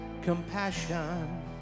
compassion